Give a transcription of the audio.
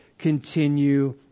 continue